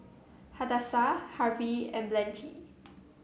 Hadassah Harvey and Blanchie